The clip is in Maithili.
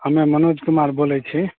हमे मनोज कुमार बोलैत छी